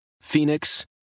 Phoenix